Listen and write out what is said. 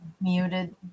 muted